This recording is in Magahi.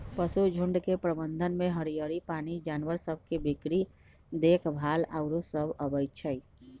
पशुझुण्ड के प्रबंधन में हरियरी, पानी, जानवर सभ के बीक्री देखभाल आउरो सभ अबइ छै